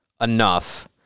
enough